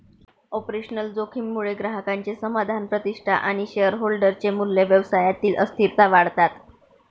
operational जोखीम मुळे ग्राहकांचे समाधान, प्रतिष्ठा आणि शेअरहोल्डर चे मूल्य, व्यवसायातील अस्थिरता वाढतात